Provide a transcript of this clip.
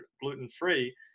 gluten-free